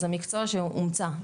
זה מקצוע שהוא הומצא.